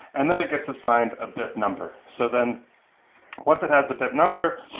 and then it gets assigned a bit number. so then once it has the bit number,